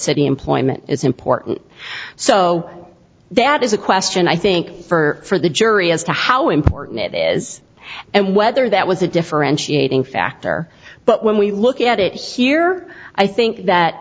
city employment is important so that is a question i think for the jury as to how important it is and whether that was a differentiating factor but when we look at it here i think that